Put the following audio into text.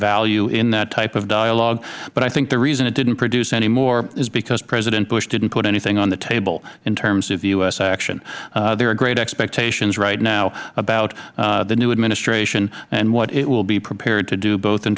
value in that type of dialogue but i think the reason it didn't produce any more is because president bush didn't put anything on the table in terms of u s action there are great expectations right now about the new administration and what it will be prepared to do both in